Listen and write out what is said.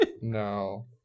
No